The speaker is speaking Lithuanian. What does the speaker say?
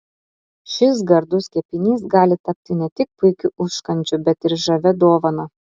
šis gardus kepinys gali tapti ne tik puikiu užkandžiu bet ir žavia dovana